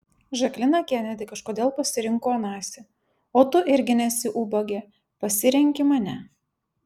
žaklina kenedi kažkodėl pasirinko onasį o tu irgi nesi ubagė pasirenki mane